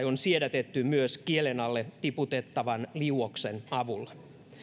on siedätetty myös kielen alle tiputettavan liuoksen avulla